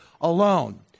alone